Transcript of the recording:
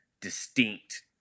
distinct